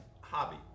hobby